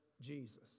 Jesus